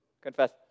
confess